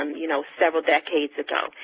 um you know, several decades ago.